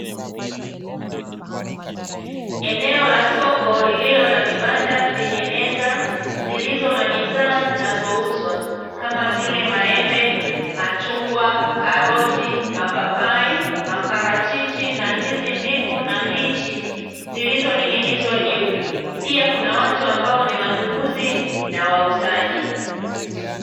Eneo la soko lililo na vibanda vyenye meza zilizo na bidhaa zinazouzwa, kama vile: maembe, machungwa, karoti, mapapai, maparachichi na ndizi mbivu na mbichi; zilizoning'inizwa juu. Pia kuna watu ambao ni wanunuzi na wauzaji.